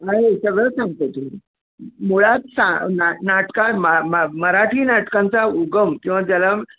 नाही सगळं सांगतो तुम्ही मुळात सा ना नाटका मा मा मराठी नाटकांचा उगम किंवा जन्म